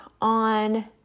on